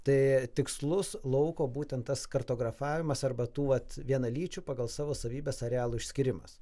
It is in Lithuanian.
tai tikslus lauko būtent tas kartografavimas arba tų vat vienalyčių pagal savo savybes arealų išskyrimas